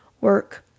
work